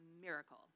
miracle